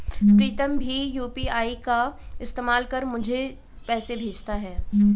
प्रीतम भीम यू.पी.आई का इस्तेमाल कर मुझे पैसे भेजता है